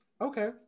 okay